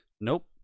Nope